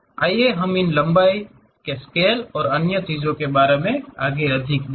आइए हम इन लंबाई के स्केल और अन्य चीजों के बारे में आगे अधिक देखें